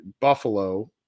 Buffalo